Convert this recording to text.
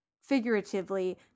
Figuratively